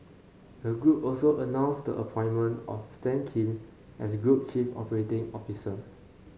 the group also announced the appointment of Stan Kim as group chief operating officer